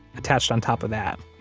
attached on top of that.